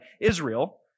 Israel